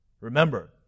Remember